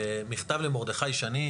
ומכתב למרדכי שני,